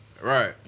Right